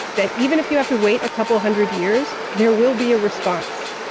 that even if you have to wait a couple hundred years, there will be a response.